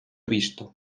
visto